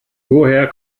woher